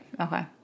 Okay